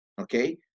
okay